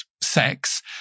sex